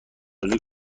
روزی